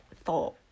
thought